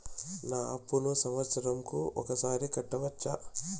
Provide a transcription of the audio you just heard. నా అప్పును సంవత్సరంకు ఒకసారి కట్టవచ్చా?